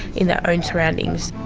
in their own surroundings.